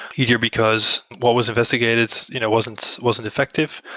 either because what was investigated you know wasn't wasn't effective,